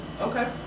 Okay